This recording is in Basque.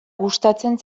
gustatzen